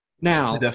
Now